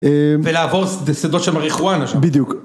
‫ולעבור שדות של מריחואנה שם. ‫-בדיוק.